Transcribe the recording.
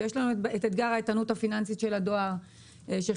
ויש לנו את אתגר האיתנות הפיננסית של הדואר שחלקו